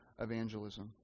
evangelism